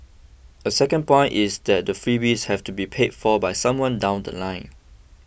a second point is that the freebies have to be paid for by somebody down The Line